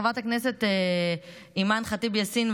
חברת הכנסת אימאן ח'טיב יאסין,